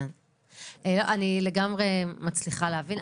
אני לגמרי מצליחה להבין.